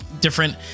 different